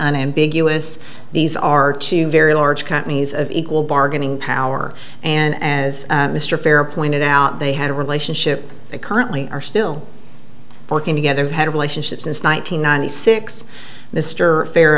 unambiguous these are two very large companies of equal bargaining power and as mr fair pointed out they had a relationship they currently are still working together had a relationship since one nine hundred ninety six mr fa